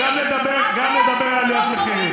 למרות שצעקתם מכל הכיוונים.